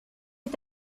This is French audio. est